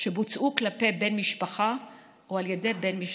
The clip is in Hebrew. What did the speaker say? שבוצעו כלפי בן משפחה או על ידי בן משפחה.